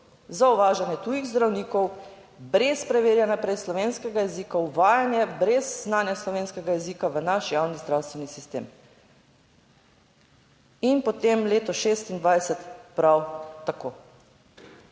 za uvažanje tujih zdravnikov brez preverjanja prej slovenskega jezika, uvajanje brez znanja slovenskega jezika v naš javni zdravstveni sistem. In potem leto 2026 prav tako.